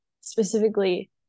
specifically